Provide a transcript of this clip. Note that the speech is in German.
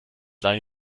leihe